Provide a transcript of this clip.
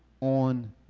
on